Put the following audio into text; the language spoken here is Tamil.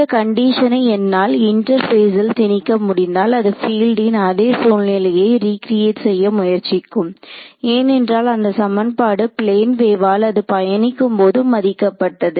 இந்த கண்டிஷனை என்னால் இன்டெர்ப்பேசில் திணிக்க முடிந்தால் அது பீல்டன் அதே சூழ்நிலையை ரீகிரியேட் செய்ய முயற்சிக்கும் ஏனென்றால் அந்த சமன்பாடு பிளேன் வேவால் அது பயணிக்கும் போது மதிக்கப்பட்டது